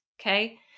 okay